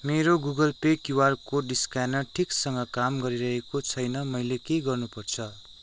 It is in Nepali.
मेरो Google Pay QR code scanner ठिकसँग काम गरिरहेको छैन मैले के गर्नुपर्छ